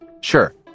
Sure